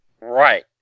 right